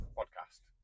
podcast